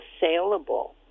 saleable